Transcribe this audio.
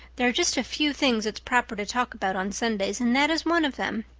there are just a few things it's proper to talk about on sundays and that is one of them.